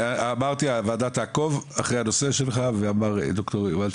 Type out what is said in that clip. הוועדה תעקוב אחרי הנושא שלך ואמר ד"ר יובל.